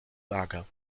lager